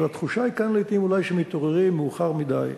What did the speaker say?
אז התחושה היא כאן לעתים אולי שמתעוררים מאוחר מדי.